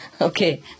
Okay